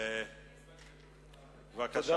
בבקשה.